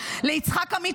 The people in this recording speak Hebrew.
ליצחק עמית,